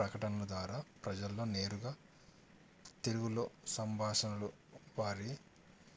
ప్రకటనల ద్వారా ప్రజల్లో నేరుగా తెలుగులో సంభాషణలు వారి